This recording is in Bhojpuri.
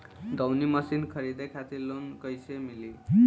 दऊनी मशीन खरीदे खातिर लोन कइसे मिली?